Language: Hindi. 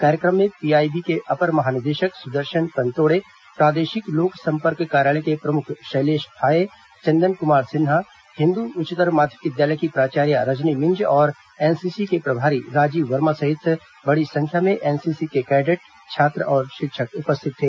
कार्यक्रम में पीआईबी के अपर महानिदेशक सुदर्शन पनतोड़े प्रादेशिक लोक संपर्क कार्यालय के प्रमुख शैलेष फाये चंदन कुमार सिन्हा हिन्दू उच्चतर माध्यमिक विद्यालय की प्राचार्य रजनी मिंज और एनसीसी के प्रभारी राजीव वर्मा सहित बड़ी संख्या में एनसीसी के कैडेट छात्र और शिक्षक उपस्थित थे